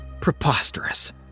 Preposterous